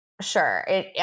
Sure